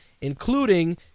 including